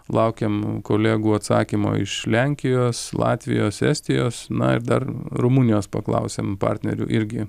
laukiam kolegų atsakymo iš lenkijos latvijos estijos na ir dar rumunijos paklausėm partnerių irgi